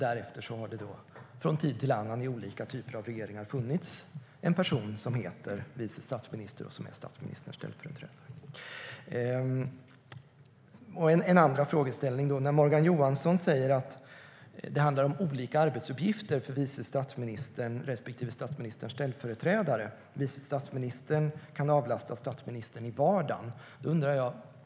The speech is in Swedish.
Därefter har det från tid till annan i olika typer av regeringar funnits en person som heter vice statsminister och som är statsministerns ställföreträdare. Morgan Johansson säger att det handlar om olika arbetsuppgifter för vice statsministern respektive statsministerns ställföreträdare. Vice statsministern kan avlasta statsministern i vardagen.